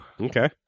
Okay